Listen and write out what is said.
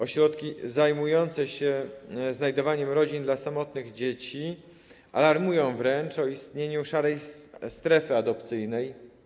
Ośrodki zajmujące się znajdowaniem rodzin dla samotnych dzieci alarmują wręcz o istnieniu szarej strefy adopcyjnej.